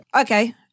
Okay